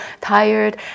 tired